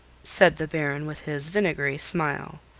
said the baron with his vinegary smile.